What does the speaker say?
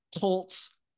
Colts